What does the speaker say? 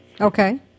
okay